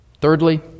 Thirdly